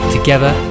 Together